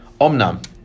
Omnam